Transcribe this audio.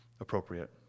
appropriate